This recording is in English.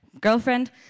girlfriend